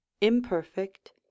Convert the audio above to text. Imperfect